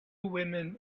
women